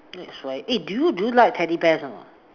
next eh do you do you like teddy bears or not